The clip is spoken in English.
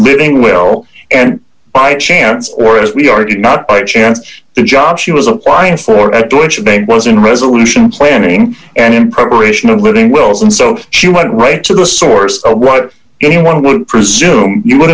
living will and by chance or as we are not by chance the job she was applying for at deutsche bank was in resolution planning and in preparation of living wills and so she went right to the source of what anyone would presume you would